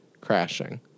crashing